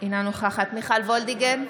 אינה נוכחת מיכל וולדיגר,